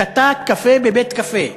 שתה קפה בבית-קפה.